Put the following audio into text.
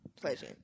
pleasure